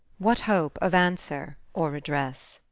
what hope of answer or redress?